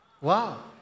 wow